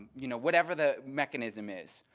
you know, whatever the mechanism is,